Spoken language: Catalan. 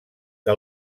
que